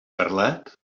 parlat